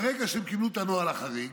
ברגע שהם קיבלו את הנוהל החריג,